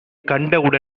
கண்ட